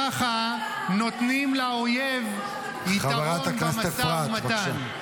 ככה נותנים לאויב יתרון במשא-ומתן.